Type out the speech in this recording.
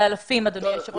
זה אלפים אדוני היושב-ראש.